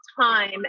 time